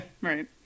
Right